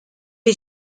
est